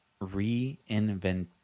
reinvent